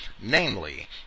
namely